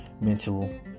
mental